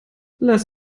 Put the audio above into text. lass